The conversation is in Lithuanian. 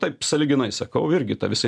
taip sąlyginai sakau irgi ta visa